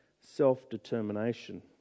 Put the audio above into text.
self-determination